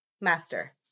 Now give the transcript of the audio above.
Master